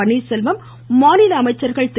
பன்னீர்செல்வம் மாநில அமைச்சர்கள் திரு